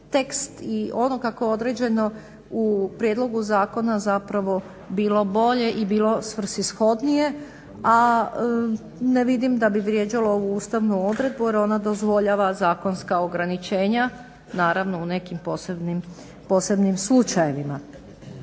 i ono kako je određeno u prijedlogu zakona zapravo bilo bolje i bilo svrsishodnije, a ne vidim da bi vrijeđalo ovu ustavnu odredbu jer ona dozvoljava zakonska ograničenja naravno u nekim posebnim slučajevima.